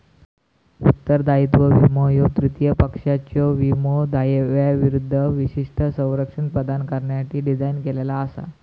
उत्तरदायित्व विमो ह्यो तृतीय पक्षाच्यो विमो दाव्यांविरूद्ध विशिष्ट संरक्षण प्रदान करण्यासाठी डिझाइन केलेला असा